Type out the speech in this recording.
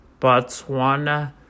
Botswana